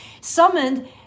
summoned